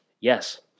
yes